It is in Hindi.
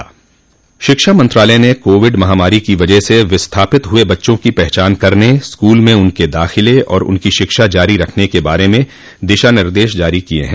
शिक्षा मंत्रालय ने कोविड महामारी की वजह से विस्थापित हुए बच्चों की पहचान करने स्कूल में उनके दाखिले और उनकी शिक्षा जारी रखने के बारे में दिशानिर्देश जारी किए हैं